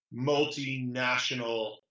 multinational